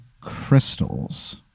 Crystals